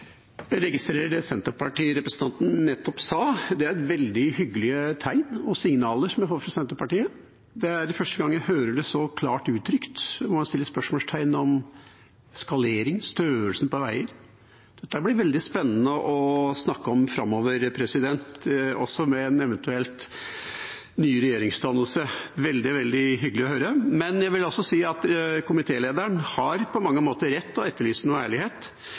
registrerer det Senterparti-representanten nettopp sa. Det er veldig hyggelige tegn og signaler fra Senterpartiet. Det er første gang jeg hører det så klart uttrykt, at man stiller spørsmål om skalering og størrelsen på veier. Dette blir veldig spennende å snakke om framover, også med en eventuelt ny regjeringsdannelse – veldig, veldig hyggelig å høre. Men jeg vil si at komitélederen på mange måter har rett til å etterlyse ærlighet.